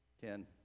Ken